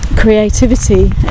creativity